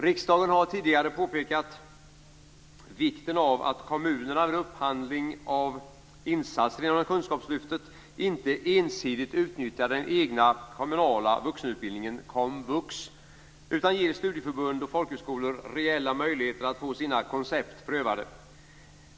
Riksdagen har tidigare påpekat vikten av att kommunerna vid upphandling av insatser inom kunskapslyftet inte ensidigt utnyttjar den egna kommunala vuxenutbildningen komvux utan ger studieförbund och folkhögskolor reella möjligheter att få sina koncept prövade.